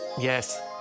Yes